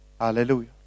Hallelujah